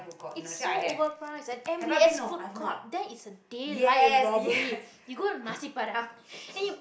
it's so overpriced and m_b_s food court that is a daylight robbery you go to nasi-padang and you